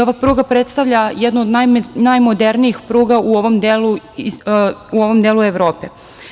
Ova pruga predstavlja jednu od najmodernijih pruga u ovom delu Evrope.